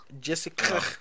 Jessica